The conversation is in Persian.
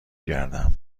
گردم